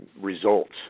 results